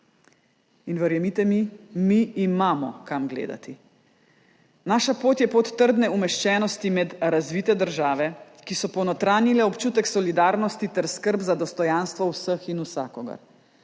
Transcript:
In verjemite mi, mi imamo kam gledati. Naša pot je pot trdne umeščenosti med razvite države, ki so ponotranjile občutek solidarnosti ter skrb za dostojanstvo vseh in vsakogar.